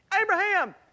Abraham